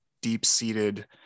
deep-seated